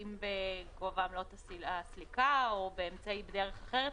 אם בגובה עמלות הסליקה או בדרך אחרת